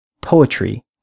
poetry